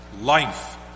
life